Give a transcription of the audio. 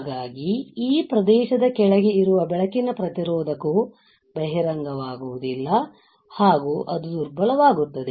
ಹಾಗಾಗಿ ಈ ಪ್ರದೇಶದ ಕೆಳಗೆ ಇರುವ ಬೆಳಕಿನ ಪ್ರತಿರೋಧಕವು ಬಹಿರಂಗವಾಗುವುದಿಲ್ಲ ಹಾಗೂ ಅದು ದುರ್ಬಲವಾಗುತ್ತದೆ